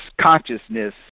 consciousness